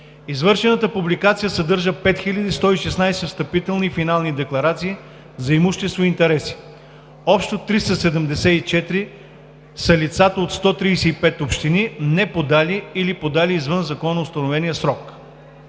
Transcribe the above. Извършената публикация съдържа 5116 встъпителни и финални декларации за имущество и интереси. Общо 374 са лицата от 135 общини, неподали или подали извън законоустановения срок.